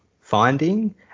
finding